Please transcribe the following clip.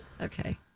okay